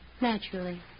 Naturally